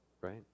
right